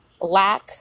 lack